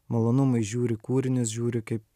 malonumui žiūri kūrinius žiūri kaip